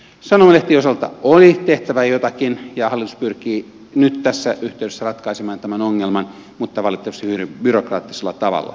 sanomalehtien osalta oli tehtävä jotakin ja hallitus pyrkii nyt tässä yhteydessä ratkaisemaan tämän ongelman mutta valitettavasti hyvin byrokraattisella tavalla